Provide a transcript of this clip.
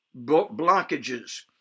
blockages